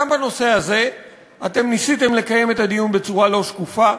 גם בנושא הזה אתם ניסיתם לקיים את הדיון בצורה לא שקופה,